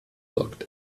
wirkt